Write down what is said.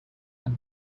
and